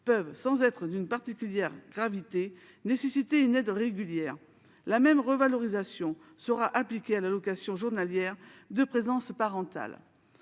peuvent, sans être d'une particulière gravité, nécessiter une aide régulière ». La même revalorisation sera appliquée à l'allocation journalière de présence parentale.